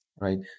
Right